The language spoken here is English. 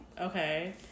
okay